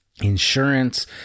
insurance